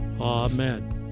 Amen